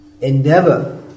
endeavor